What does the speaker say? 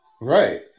Right